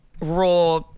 raw